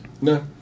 No